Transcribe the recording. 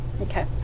Okay